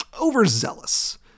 overzealous